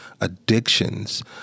addictions